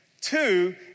Two